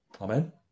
Amen